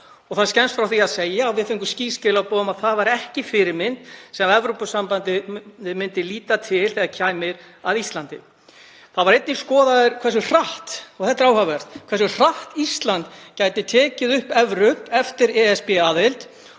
og er skemmst frá því að segja að við fengum skýr skilaboð um að það væri ekki fyrirmynd sem Evrópusambandið myndi líta til þegar kæmi að Íslandi. Þá var einnig skoðað hversu hratt, og þetta er áhugavert, Ísland gæti tekið upp evru eftir ESB-aðild